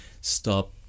stop